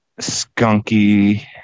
skunky